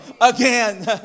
again